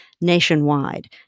nationwide